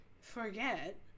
forget